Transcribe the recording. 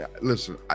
listen